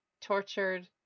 tortured